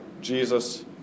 Jesus